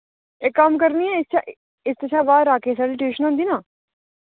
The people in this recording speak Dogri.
इक कम्म करनी आं इत्थै शा बाद राकेश आह्ली ट्यूशन होंदी ना